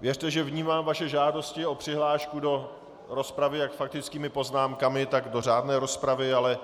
Věřte, že vnímám vaše žádosti o přihlášku do rozpravy jak s faktickými poznámkami, tak do řádné rozpravy, ale